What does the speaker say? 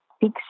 big